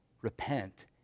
Repent